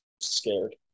scared